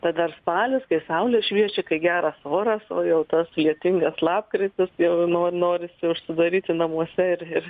tai dar spalis kai saulė šviečia kai geras oras o jau tas lietingas lapkritis jau no norisi užsidaryti namuose ir ir